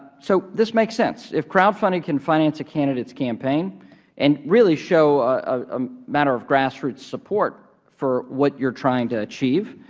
so this makes sense, if crowdfunding can finance a candidate's campaign and really show a matter of grassroots support for what you are trying to achieve,